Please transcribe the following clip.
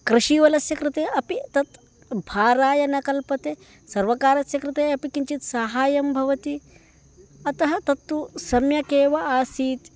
कृषिवलस्य कृते अपि तत् भाराय न कल्पते सर्वकारस्य कृते अपि किञ्चित् साहाय्यं भवति अतः तत्तु सम्यकेव आसीत्